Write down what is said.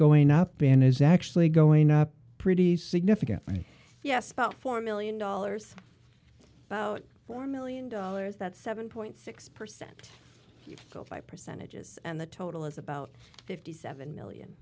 going up and is actually going up pretty significantly yes about four million dollars one million dollars that's seven point six percent percentages and the total is about fifty seven million